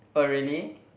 oh really